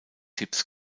tipps